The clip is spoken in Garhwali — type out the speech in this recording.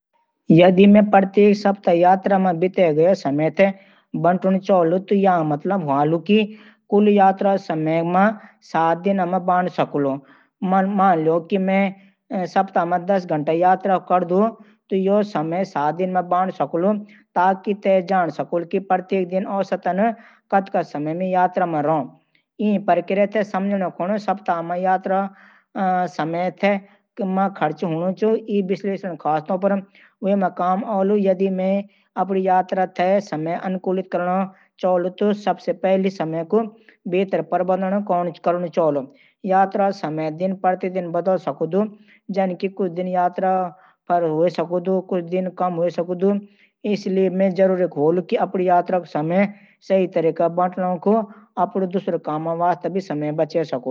जदि तैं प्रत्येक सप्ताह यात्रा मं बिताए ग्या समय क दिन मा बांटना चाहे, त इसका मतलब होलू कि तैं कुल यात्रा का समय सात दिन मा बांट सकै। मान ले, तैं सप्ताह मं दस घंटा यात्रा करत हौं, तो तैं यो समय सात दिन मा बांट सकै, ताकि तैं जाण सकै कि तैं प्रत्येक दिन औसतन कते समय यात्रा कर रह्या हो। इसे प्रक्रिया स तैं समझ सकै कि सप्ताह मं यात्रा का समय कते दिन मं खर्च हो रह्या हो। ई विश्लेषण खासतौर पर ओसमे काम आवे, जदि तैं अपनी यात्रा के समय क अनुकूलित करणा चाहा या अपने समय का बेहतर प्रबंधन करना चाहा। यात्रा का समय दिन-प्रतिदिन बदल सकद, जैसे कछ दिन ज्यादा यात्रा हो सकद और कछ दिन कम। इसलिये यो जरूरी होलू कि तैं अपनी यात्रा का समय सही तरीके स बांटके अपने दूसर कामन के वास्ता समय बचा सकै।